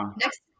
Next